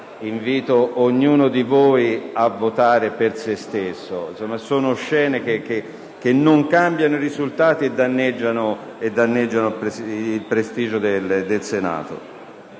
senatori Segretari, a votare per se stessi. Sono scene che non cambiano i risultati e danneggiano il prestigio del Senato.